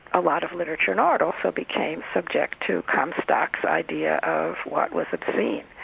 a lot of literature and art also became subject to comstock's idea of what was obscene,